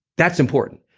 that's important.